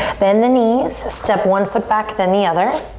bend the knees, step one foot back then the other.